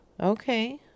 Okay